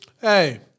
hey